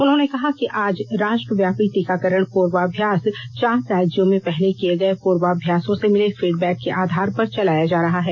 उन्होंने कहा कि आज राष्ट्रव्यापी टीकाकरण पूर्वाभ्यास चार राज्यों में पहले किए गए पूर्वाभ्यासों से मिले फीडबैक के आधार पर चलाया जा रहा है